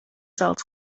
zelts